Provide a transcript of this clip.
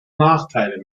nachteile